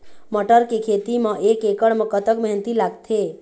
मटर के खेती म एक एकड़ म कतक मेहनती लागथे?